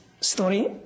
story